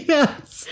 Yes